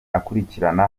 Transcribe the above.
akurikiranira